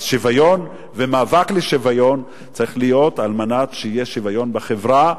אז שוויון ומאבק לשוויון צריך להיות על מנת שיהיה שוויון בחברה.